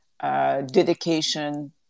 dedication